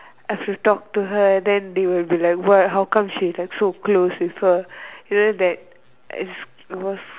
I have to talk to her then they will be like what how come she is like so close with her then that is was